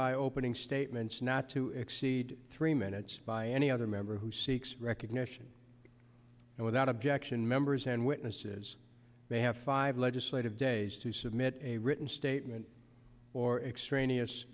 by opening statements not to exceed three minutes by any other member who seeks recognition and without objection members and witnesses may have five legislative days to submit a written statement or extraneous